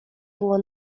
było